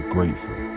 Grateful